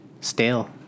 stale